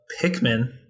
Pikmin